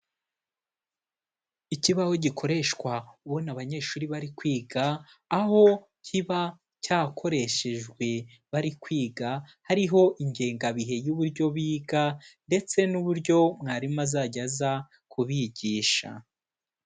Ikibaho gikoreshwa ubona abanyeshuri bari kwiga, aho kiba cyakoreshejwe bari kwiga, hariho ingengabihe y'uburyo biga ndetse n'uburyo mwarimu azajya aza kubigisha.